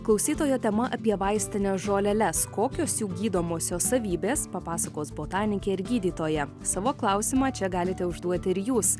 klausytojo tema apie vaistines žoleles kokios jų gydomosios savybės papasakos botanikė ir gydytoja savo klausimą čia galite užduoti ir jūs